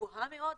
גבוהה מאוד,